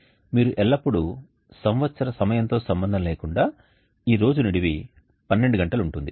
మీరు ఎల్లప్పుడూ సంవత్సరం సమయంతో సంబంధం లేకుండా ఈ రోజు నిడివి 12 గంటలు ఉంటుంది